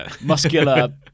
muscular